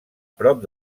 prop